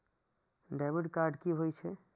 Debit card की होय छेय?